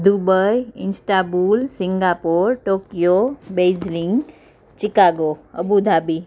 Dubai Istanbul Singapore Tokyo bering Chicago Abu Dhabi